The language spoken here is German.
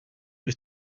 ist